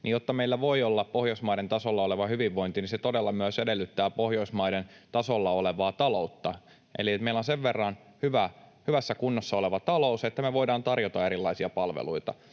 jotta meillä voi olla Pohjoismaiden tasolla oleva hyvinvointi, niin se todella myös edellyttää Pohjoismaiden tasolla olevaa taloutta, eli että meillä on sen verran hyvässä kunnossa oleva talous, että me voidaan tarjota erilaisia palveluita.